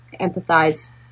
empathize